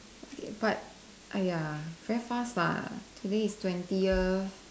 okay but !aiya! very fast lah today is twenty years